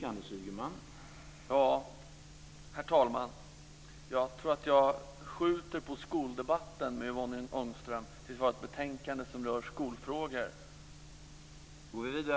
Herr talman! Jag tror att jag skjuter på skoldebatten med Yvonne Ångström tills vi har ett betänkande som rör skolfrågor.